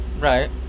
right